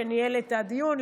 שניהל את הדיון,